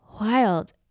Wild